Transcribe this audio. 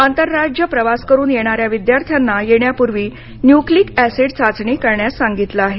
आंतरराज्य प्रवास करून येणाऱ्या विद्यार्थ्यांना येण्यापूर्वी न्यूक्लिक अॅसिड चाचणी करण्यास सांगितलं आहे